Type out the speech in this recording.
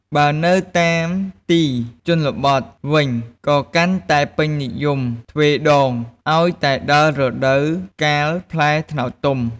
បើនៅតាមទីជនបទវិញក៏កាន់តែពេញនិយមទ្វេដង ឱ្យតែដល់រដូវកាលផ្លែត្នោតទុំ។